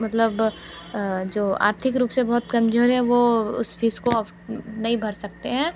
मतलब जो आर्थिक रूप से बहुत कमज़ोर हैं वो उस फ़ीस को नहीं भर सकते हैं